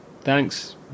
Thanks